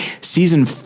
season